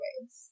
ways